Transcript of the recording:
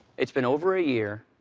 it's been over a year.